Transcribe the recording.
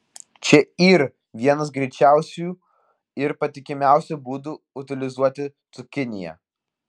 čia yr vienas greičiausių ir patikimiausių būdų utilizuoti cukiniją